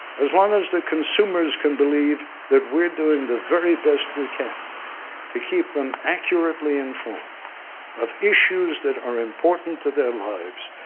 as long as the consumers can believe that we're doing the very best we can to keep them accurately informed of issues that are important to their lives,